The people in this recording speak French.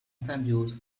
symbiose